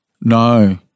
No